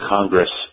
Congress